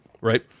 right